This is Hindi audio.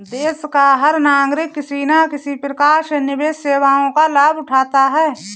देश का हर नागरिक किसी न किसी प्रकार से निवेश सेवाओं का लाभ उठाता है